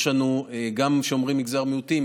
גם כשאומרים מגזר המיעוטים,